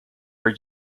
are